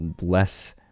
less